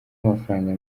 amafaranga